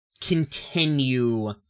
continue